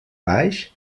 baix